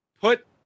put